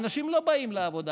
אנשים לא באים לעבודה.